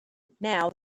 now